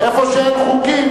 איפה שאין חוקים,